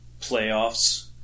playoffs